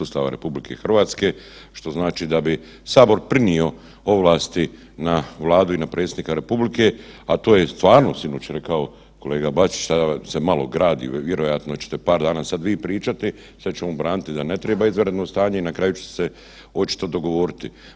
Ustava RH, što znači da bi sabor prinio ovlasti na Vladu i na predsjednika republike, a to je stvarno sinoć rekao kolega Bačić sada se malo gradi, vjerojatno ćete par dana sad vi pričati, sad će on braniti da ne triba izvanredno stanje i na kraju će se očito dogovoriti.